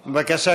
בבקשה,